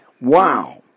Wow